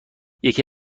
یکی